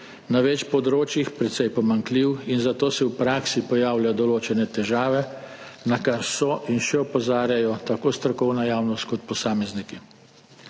na več področjih precej pomanjkljiv in zato se v praksi pojavljajo določene težave, na kar so in še opozarjajo tako strokovna javnost kot posamezniki.